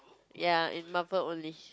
ya in Marvel only